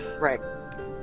Right